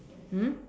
mm